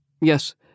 Yes